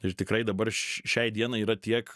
ir tikrai dabar šiai dienai yra tiek